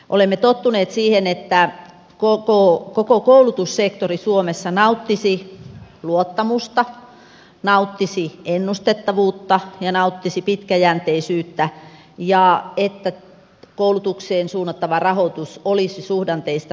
olemme tottuneet siihen että koko koulutussektori suomessa nauttisi luottamusta ennustettavuutta ja pitkäjänteisyyttä ja että koulutukseen suunnattava rahoitus olisi suhdanteista riippumatonta